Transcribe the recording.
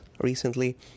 recently